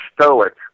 stoic